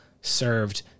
served